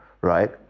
right